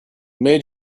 made